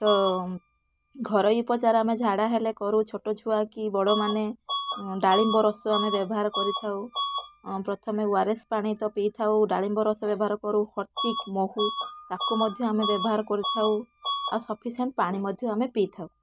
ତ ଘରୋଇ ଉପଚାର ଆମେ ଝାଡ଼ା ହେଲେ କରୁ ଛୋଟ ଛୁଆ କି ବଡ଼ମାନେ ଡାଳିମ୍ବ ରସ ଆମେ ବ୍ୟବହାର କରିଥାଉ ପ୍ରଥମେ ଓ ଆର୍ ଏସ୍ ପାଣି ତ ପିଇଥାଉ ଡାଳିମ୍ବ ରସ ବ୍ୟବହାର କରୁ ହର୍ତ୍ତିକ୍ ମହୁ ତାକୁ ମଧ୍ୟ ଆମେ ବ୍ୟବହାର କରିଥାଉ ଆଉ ସଫିସିଏଣ୍ଟ ପାଣି ମଧ୍ୟ ଆମେ ପିଇଥାଉ